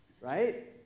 right